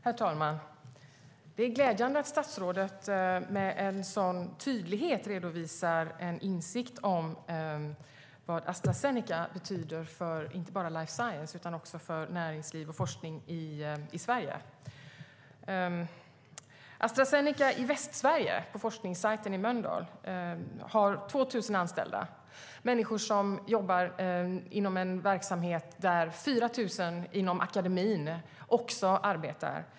Herr talman! Det är glädjande att statsrådet med en sådan tydlighet redovisar en insikt om vad Astra Zeneca betyder för inte bara life science utan också för näringsliv och forskning i Sverige. Astra Zeneca i Västsverige, forskningssajten i Mölndal, har 2 000 anställda inom en verksamhet där också 4 000 inom akademin arbetar.